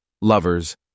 Lovers